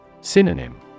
Synonym